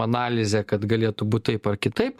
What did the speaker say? analizę kad galėtų būt taip ar kitaip